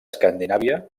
escandinàvia